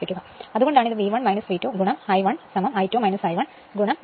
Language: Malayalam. അതിനാൽ അതുകൊണ്ടാണ് ഇത് V1 V2 I1 I2 I1 V2